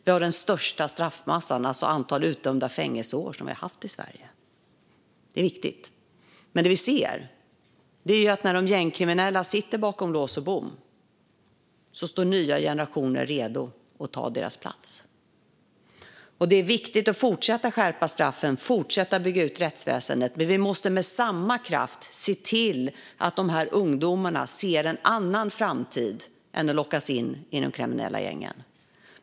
Nu råder den största straffmassan, alltså utdömda fängelseår, som har funnits i Sverige. Det är viktigt. Men det vi ser är att när de gängkriminella sitter bakom lås och bom står nya generationer redo att ta deras plats. Det är viktigt att fortsätta att skärpa straffen och fortsätta att bygga ut rättsväsendet, men vi måste med samma kraft se till att ungdomarna ser en annan framtid än att lockas in i de kriminella gängen.